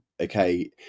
okay